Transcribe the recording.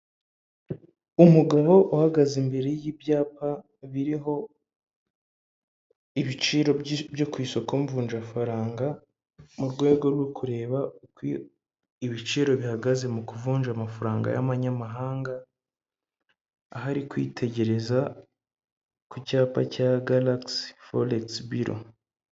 Umugabo uhagaze imbere y'ibyapa, biriho ibiciro byo ku isoko mvunjafaranga, mu rwego rwo kureba uko ibiciro bihagaze mu kuvunja amafaranga y'abanyamahanga, aho ari kwitegereza ku cyapa cya galakisi forekisi biro.